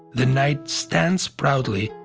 the knight stands proudly,